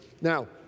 Now